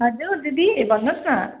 हजुर दिदी भन्नु होस् न